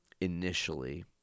initially